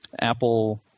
Apple